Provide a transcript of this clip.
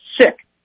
sick